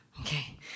Okay